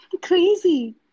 Crazy